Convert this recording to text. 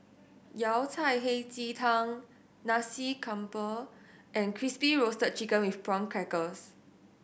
Yao Cai Hei Ji Tang Nasi Campur and Crispy Roasted Chicken with Prawn Crackers